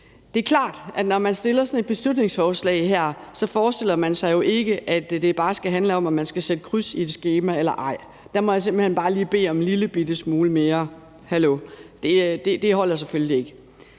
Det er klart, at når man fremsætter sådan et beslutningsforslag her, forestiller man sig jo ikke, at det bare skal handle om, om man skal sætte kryds i et skema eller ej. Der må jeg simpelt hen bare lige bede om en lillebitte smule mere. Hallo, det holder selvfølgelig ikke.